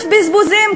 כסף בזבוזים,